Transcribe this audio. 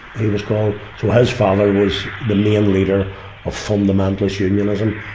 he was called. so, his father was the main leader of fundamentalist unionism.